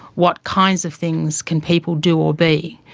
what kinds of things can people do or be?